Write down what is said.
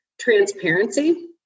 Transparency